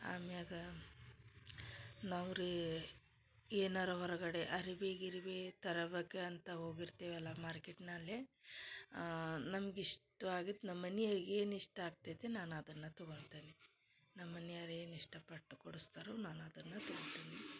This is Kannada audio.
ಆಮ್ಯಾಗ ನಾವು ರೀ ಏನಾರು ಹೊರಗಡೆ ಅರಿವಿ ಗಿರಿವೀ ತರೊದಕ್ಕೆ ಅಂತ ಹೋಗಿರ್ತಿವಲ್ಲಾ ಮಾರ್ಕೆಟ್ನಲ್ಲಿ ನಮ್ಗ ಇಷ್ಟ್ವಾಗಿದ್ದು ನಮ್ಮ ಮನಿಯವರಿಗ ಏನು ಇಷ್ಟ ಆಗ್ತೈತೆ ನಾನು ಅದನ್ನ ತಗೊಳ್ತೇನೆ ನಮ್ಮ ಮನಿಯವರು ಏನು ಇಷ್ಟಪಟ್ಟು ಕೊಡುಸ್ತಾರೊ ನಾನು ಅದನ್ನ ತಗೊತೀನಿ